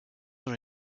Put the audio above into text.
dans